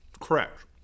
Correct